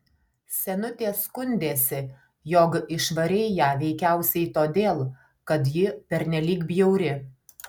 senutė skundėsi jog išvarei ją veikiausiai todėl kad ji pernelyg bjauri